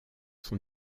son